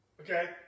Okay